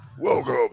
Welcome